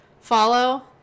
follow